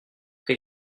que